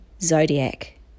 zodiac